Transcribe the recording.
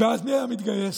אז מי היה מתגייס?